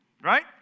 Right